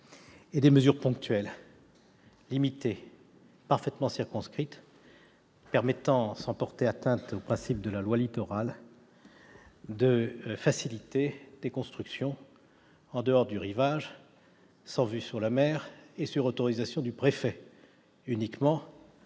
et des mesures ponctuelles, limitées, parfaitement circonscrites, permettant, sans porter atteinte aux principes de la loi Littoral, de faciliter des constructions en dehors du rivage, sans vue sur la mer et sur autorisation du préfet, uniquement